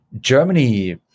Germany